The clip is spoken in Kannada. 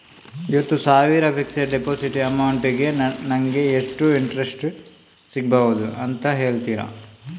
ಐವತ್ತು ಸಾವಿರ ಫಿಕ್ಸೆಡ್ ಡೆಪೋಸಿಟ್ ಅಮೌಂಟ್ ಗೆ ನಂಗೆ ಎಷ್ಟು ಇಂಟ್ರೆಸ್ಟ್ ಸಿಗ್ಬಹುದು ಅಂತ ಹೇಳ್ತೀರಾ?